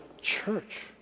church